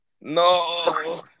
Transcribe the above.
No